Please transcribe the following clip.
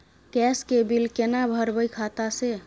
Gas के bill केना भरबै खाता से?